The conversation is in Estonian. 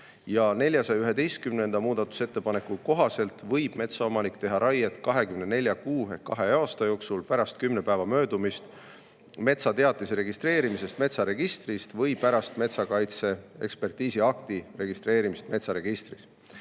Ja 411. muudatusettepaneku kohaselt võib metsaomanik teha raiet 24 kuu ehk kahe aasta jooksul pärast kümne päeva möödumist metsateatise registreerimisest metsaregistris või pärast metsakaitseekspertiisi akti registreerimist metsaregistris.